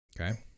Okay